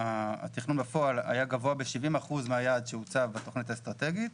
התכנון בפועל היה גבוה ב-70% מהיעד שהוצב בתכנית האסטרטגית,